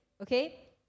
okay